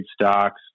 stocks